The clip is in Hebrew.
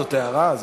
זאת הערה.